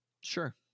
Sure